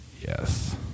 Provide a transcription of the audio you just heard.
Yes